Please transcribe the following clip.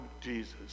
Jesus